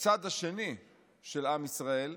הצד השני של עם ישראל,